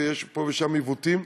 ויש פה ושם עיוותים.